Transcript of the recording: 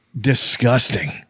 disgusting